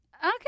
Okay